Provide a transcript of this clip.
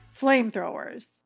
flamethrowers